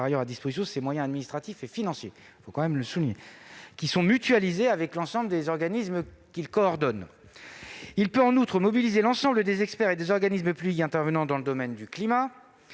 à disposition du Haut Conseil ses moyens administratifs et financiers- il faut quand même le souligner -, lesquels sont mutualisés avec l'ensemble des organismes qu'il coordonne. Cela paraît suffisant ! Le HCC peut en outre mobiliser l'ensemble des experts et des organismes publics intervenant dans le domaine du climat,